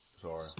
Sorry